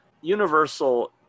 Universal